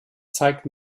zeigt